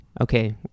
okay